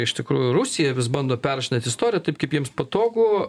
iš tikrųjų rusija vis bando perrašinėt istoriją taip kaip jiems patogu